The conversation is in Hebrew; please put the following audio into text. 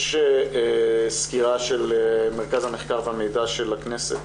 יש סקירה של מרכז המחקר והמידע של הכנסת